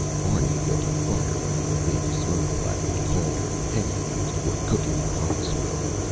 barney built a fire under the big, smoke-blackened cauldron hetty used for cooking the hog swill.